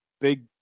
big